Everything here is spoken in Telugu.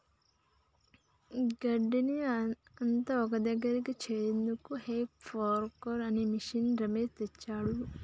గడ్డిని అంత ఒక్కదగ్గరికి చేర్చేందుకు హే ఫోర్క్ అనే మిషిన్ని రమేష్ తెచ్చిండు